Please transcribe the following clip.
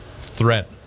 threat